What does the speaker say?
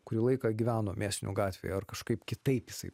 kurį laiką gyveno mėsinių gatvėj ar kažkaip kitaip jisai